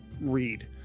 read